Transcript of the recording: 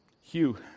Hugh